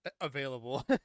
available